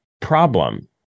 problem